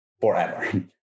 forever